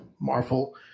Marvel